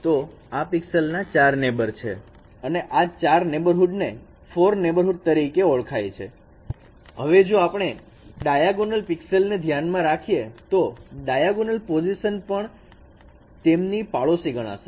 તો આ પિક્સેલસ ના 4 નેબર છે અને આ નેબરહુડ ને 4 નેબરહુડ તરીકે ઓળખાય છે જ્યાં હવે જો હું ડાયાગોનલ પિક્સેલસ ને ધ્યાનમાં રાખીએ તો ડાયાગોનલ પોઝીશન પણ તેમની પાડોશી ગણાશે